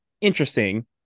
interesting